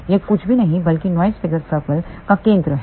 यह कुछ भी नहीं बल्कि नॉइस फिगर सर्कल का केंद्र है